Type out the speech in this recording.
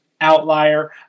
outlier